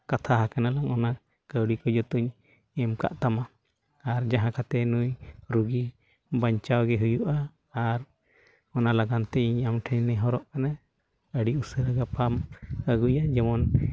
ᱠᱟᱛᱷᱟ ᱟᱠᱟᱱᱟᱞᱟᱝ ᱚᱱᱟ ᱠᱟᱹᱣᱰᱤ ᱠᱚ ᱡᱚᱛᱚᱧ ᱮᱢ ᱠᱟᱜ ᱛᱟᱢᱟ ᱟᱨ ᱡᱟᱦᱟᱸ ᱠᱷᱟᱹᱛᱤᱨ ᱱᱩᱭ ᱨᱩᱜᱤ ᱵᱟᱧᱪᱟᱣᱮᱜᱮ ᱦᱩᱭᱩᱜᱼᱟ ᱟᱨ ᱚᱱᱟ ᱞᱟᱹᱜᱤᱫᱛᱮ ᱤᱧ ᱟᱢ ᱴᱷᱮᱱᱤᱧ ᱱᱮᱦᱚᱨᱚᱜ ᱠᱟᱱᱟ ᱟᱹᱰᱤ ᱩᱥᱟᱹᱨᱟ ᱜᱟᱯᱟᱢ ᱟᱹᱜᱩᱭᱟ ᱡᱮᱢᱚᱱ